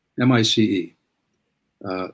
M-I-C-E